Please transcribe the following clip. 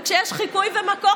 וכשיש חיקוי ומקור,